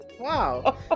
wow